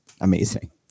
amazing